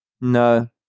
No